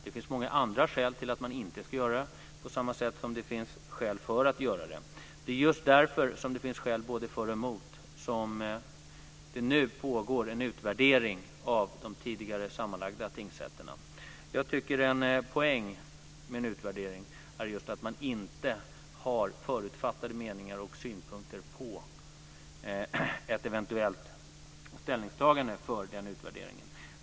Det finns många andra skäl till att man inte ska göra det, på samma sätt som det finns skäl för att göra det. Det är för att det finns skäl både för och mot som det nu pågår en utvärdering av de tidigare sammanslagna tingsrätterna. Poängen med en utvärdering är just att man inte har förutfattade meningar och synpunkter på ett eventuellt ställningstagande.